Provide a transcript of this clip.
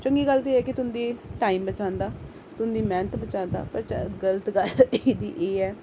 चंगी गल्ल ते ऐ तुंदी टाईम बचांदा तुंदी मैह्नत बचांदा गलत गल्ल इदी एह् ऐ कि